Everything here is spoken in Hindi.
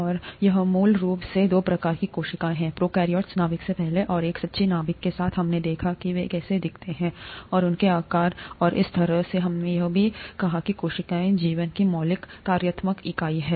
और मूल रूप से दो प्रकार की कोशिकाएं हैं प्रोकैरियोट्स नाभिक से पहले और एक सच्चे नाभिक के साथ हमने देखा कि वे कैसे दिखते थे और उनके आकार और इसी तरह और हमने यह भी कहा कि कोशिका जीवन की मौलिक कार्यात्मक इकाई है